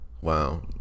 Wow